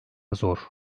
zor